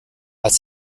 als